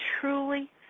truly